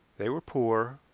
they were poor,